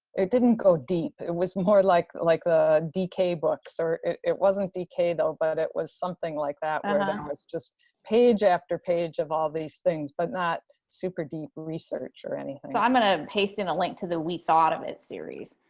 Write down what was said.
it didn't go deep. it was more like like the ah dk books or it it wasn't dk though, but it was something like that. and it and was just page after page of all these things, but not super deep research or and so i'm gonna paste in a link to the we thought of it series.